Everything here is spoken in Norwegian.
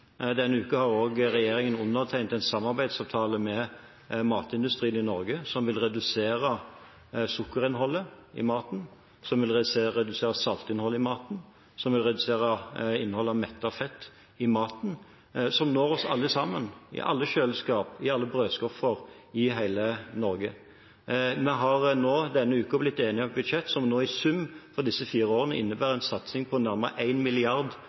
Denne uken har regjeringen også undertegnet en samarbeidsavtale med matindustrien i Norge, som vil redusere sukkerinnholdet i maten, som vil redusere saltinnholdet i maten, og som vil redusere innholdet av mettet fett i maten. Det når oss alle sammen – alle kjøleskap og alle brødskuffer – i hele Norge. Vi har sammen med samarbeidspartiene denne uken blitt enige om et budsjett som i sum på disse fire årene innebærer en satsing på nærmere